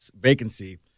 vacancy